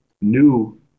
new